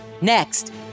Next